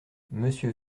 monsieur